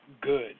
good